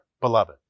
beloved